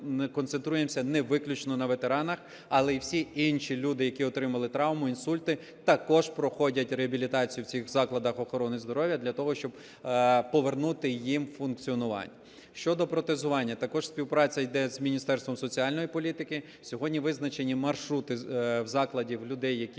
концентруємося не виключно на ветеранах, але й всі інші люди, які отримали травми, інсульти, також проходять реабілітацію в цих закладах охорони здоров'я для того, щоб повернути їм функціонування. Щодо протезування. Також співпраця йде з Міністерством соціальної політики. Сьогодні визначені маршрути в заклади людей, які